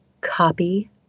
copy